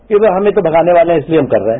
कि भई हमें तो भगाने वाले हैं इसलिए हम कर रहे हैं